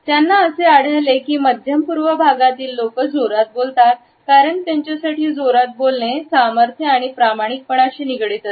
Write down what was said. त्यांना असे आढळले आहे की मध्यम पूर्व भागातील लोकं जोरात बोलतात कारण त्यांच्यासाठी जोरात बोलले सामर्थ्य आणि प्रामाणिकपणाशी निगडीत असते